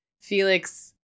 Felix